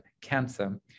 cancer